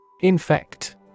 Infect